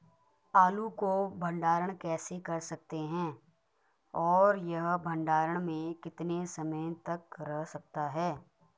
आलू को भंडारण कैसे कर सकते हैं और यह भंडारण में कितने समय तक रह सकता है?